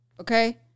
okay